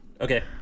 Okay